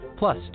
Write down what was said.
Plus